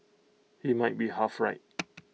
he might be half right